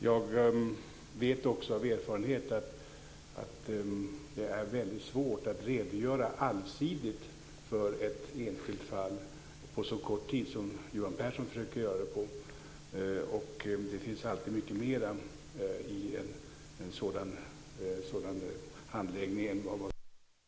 Jag vet också av erfarenhet att det är väldigt svårt att redogöra allsidigt för ett enskilt fall på så kort tid som Johan Pehrson försökte göra det på. Det finns alltid mycket mer i en sådan handläggning än vad som kan framtona här.